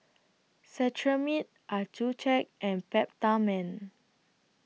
Cetrimide Accucheck and Peptamen